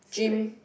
swimming